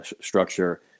structure